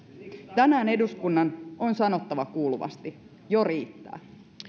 tänään eduskunnan on sanottava kuuluvasti jo riittää